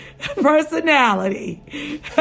personality